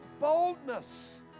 boldness